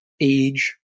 age